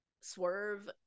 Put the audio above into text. Swerve